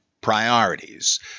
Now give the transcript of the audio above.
priorities